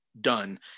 done